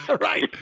Right